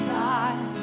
die